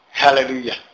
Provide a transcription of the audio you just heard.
Hallelujah